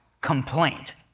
complaint